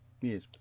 yes